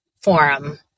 forum